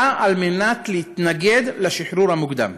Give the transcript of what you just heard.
על מנת להתנגד לשחרור המוקדם,